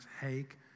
Haig